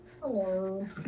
hello